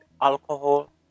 alcohol